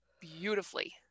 beautifully